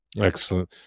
Excellent